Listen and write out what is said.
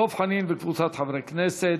של דב חנין וקבוצת חברי הכנסת.